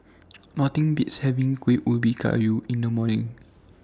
Nothing Beats having Kuih Ubi Kayu in The Summer